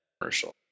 commercial